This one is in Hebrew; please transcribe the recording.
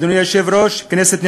אדוני היושב-ראש, כנסת נכבדה,